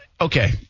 Okay